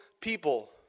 people